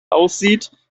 aussieht